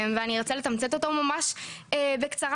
ואני ארצה לתמצת אותו ממש בקצרה.